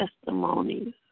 testimonies